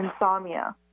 insomnia